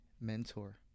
mentor